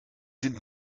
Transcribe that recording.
sind